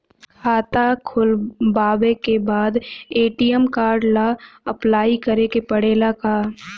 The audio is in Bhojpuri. खाता खोलबाबे के बाद ए.टी.एम कार्ड ला अपलाई करे के पड़ेले का?